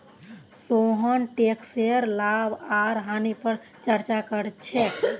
सोहन टैकसेर लाभ आर हानि पर चर्चा कर छेक